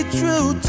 true